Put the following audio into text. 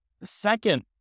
Second